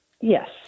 Yes